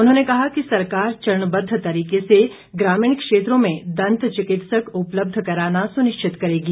उन्होंने कहा कि सरकार चरणबद्ध तरीके से ग्रामीण क्षेत्रों में दंत चिकित्सक उपलब्ध कराना सुनिश्चित करेगी